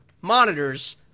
monitors